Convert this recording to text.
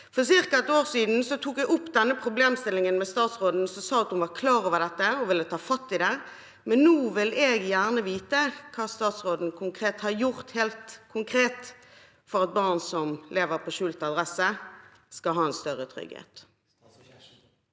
For ca. et år siden tok jeg opp denne problemstillingen med statsråden, som sa hun var klar over dette og ville ta fatt i det. Men nå vil jeg gjerne vite hva statsråden helt konkret har gjort for at barn som lever på skjult adresse, skal ha en større trygghet.